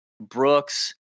Brooks